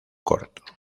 corto